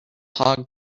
hog